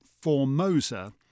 Formosa